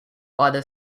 other